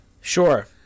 Sure